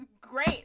great